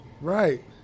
Right